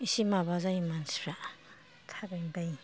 एसे माबा जायो मानसिफ्रा थाबायनो बायो